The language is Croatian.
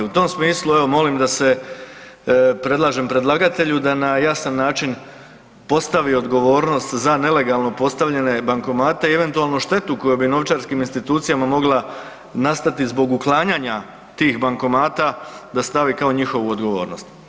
U tom smislu evo molim da se, predlažem predlagatelju da na jasan način postavi odgovornost za nelegalno postavljene bankomate i eventualnu štetu koju bi novčarskim institucijama moga nastati zbog uklanjanja tih bankomata da stavi kao njihovu odgovornost.